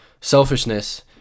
selfishness